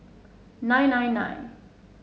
nine nine nine